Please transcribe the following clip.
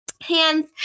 hands